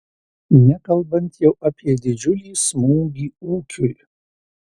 nekalbant jau apie didžiulį smūgį ūkiui